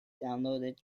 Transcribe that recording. downloaded